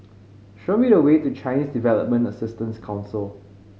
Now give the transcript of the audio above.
show me the way to Chinese Development Assistance Council